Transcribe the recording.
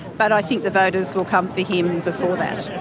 but i think the voters will come for him before that.